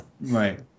right